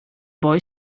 boy